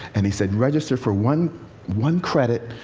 and he said register for one one credit.